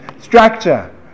structure